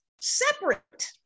separate